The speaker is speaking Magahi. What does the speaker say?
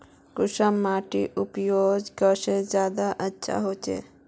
कुंसम माटिर उपजाऊ शक्ति ज्यादा अच्छा होचए?